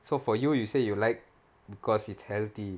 so for you you said you like because it's healthy